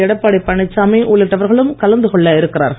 எடப்பாடி பழனிசாமி உள்ளிட்டவர்களும் கலந்து கொள்ள இருக்கிறார்கள்